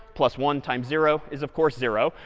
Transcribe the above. plus one times zero, is of course zero.